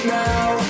now